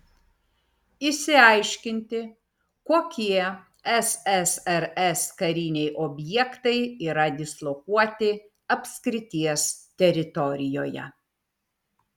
išsiaiškinti kokie ssrs kariniai objektai yra dislokuoti apskrities teritorijoje